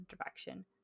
direction